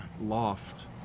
loft